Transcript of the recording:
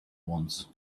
wants